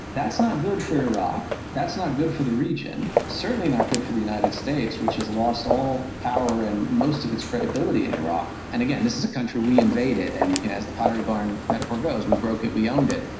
that's not good for iraq, that's not good for the region, certainly not good for the united states, which has lost all power and most of its credibility in iraq. and again, this is a country we invaded, and as the pottery barn metaphor goes, we broke it, we own it.